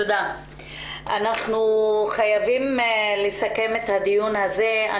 אנחנו חייבים לסכם את הדיון הזה.